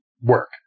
work